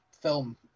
film